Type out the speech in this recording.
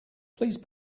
please